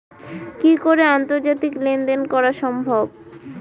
কি করে আন্তর্জাতিক লেনদেন করা সম্ভব?